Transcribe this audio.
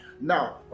Now